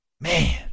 man